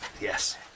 Yes